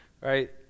right